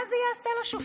מה זה יעשה לשופטים?